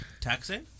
Taxing